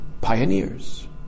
pioneers